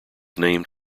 named